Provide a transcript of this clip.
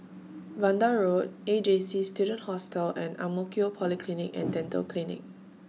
Vanda Road A J C Student Hostel and Ang Mo Kio Polyclinic and Dental Clinic